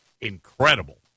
incredible